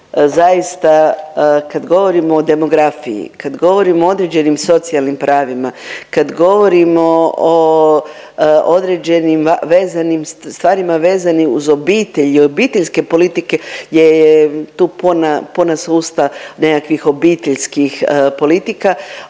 zaista kad govorimo o demografiji, kad govorimo o određenim socijalnim pravima, kad govorimo o određenim vezanim stvarima vezanim uz obitelj i obiteljske politike gdje je tu puna su usta nekakvih obiteljskih politika